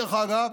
דרך אגב,